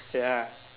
ya